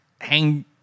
hang